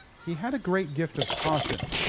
he had a great gift of caution,